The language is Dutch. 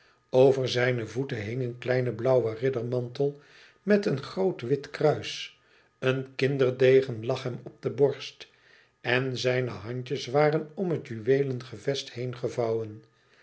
over zijne voeten hing een kleine blauwe riddermantel met een groot wit kruis een kinderdegen lag hem op de borst en zijne handjes waren om het juweelen